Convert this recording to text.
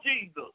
Jesus